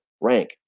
rank